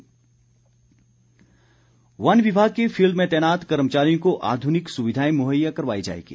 गोविंद ठाक्र वन विभाग के फील्ड में तैनात कर्मचारियों को आधुनिक सुविधाएं मुहैया करवाई जाएंगी